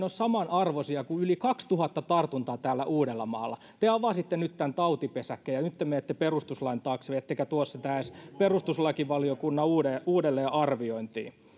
ole samanarvoisia kuin yli kaksituhatta tartuntaa täällä uudellamaalla te avasitte nyt tämän tautipesäkkeen ja nyt te menette perustuslain taakse ettekä tuo sitä edes perustuslakivaliokunnan uudelleenarviointiin